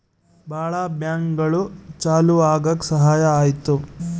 ಭಾಳ ಬ್ಯಾಂಕ್ಗಳು ಚಾಲೂ ಆಗಕ್ ಸಹಾಯ ಆಯ್ತು